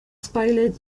spilled